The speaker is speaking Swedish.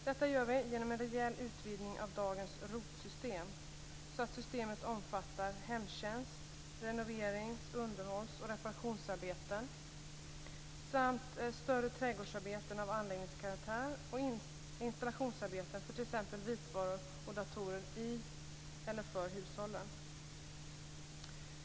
Detta gör vi genom en rejäl utvidgning av dagens ROT-system, så att systemet omfattar hemtjänst, renoverings-, underhålls och reparationsarbeten samt större trädgårdsarbeten av anläggningskaraktär och installationsarbeten för t.ex. vitvaror och datorer i eller för hushållen.